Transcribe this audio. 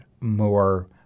more